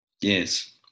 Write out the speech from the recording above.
Yes